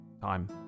time